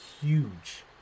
huge